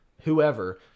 whoever